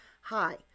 Hi